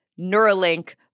Neuralink